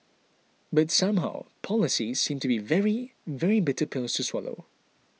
but somehow policies seem to be very very bitter pills to swallow